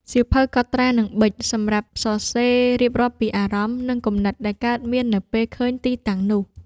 សៀវភៅកត់ត្រា និងប៊ិច សម្រាប់សរសេររៀបរាប់ពីអារម្មណ៍ និងគំនិតដែលកើតមាននៅពេលឃើញទីតាំងនោះ។